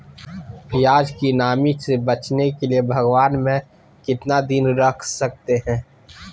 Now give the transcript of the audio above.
प्यास की नामी से बचने के लिए भगवान में कितना दिन रख सकते हैं?